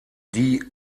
die